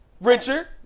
Richard